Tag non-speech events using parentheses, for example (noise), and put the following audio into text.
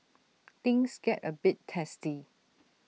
things get A bit testy (noise)